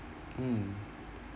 mm